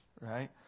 right